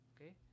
Okay